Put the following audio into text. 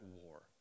war